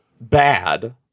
bad